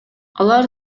алар